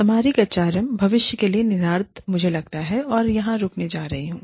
सामरिक एचआरएम भविष्य के लिए निहितार्थ मुझे लगता है मैं यहां रुकने जा रही हूं